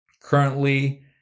currently